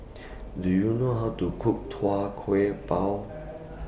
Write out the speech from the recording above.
Do YOU know How to Cook Tua Kueh Bao